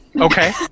Okay